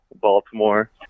Baltimore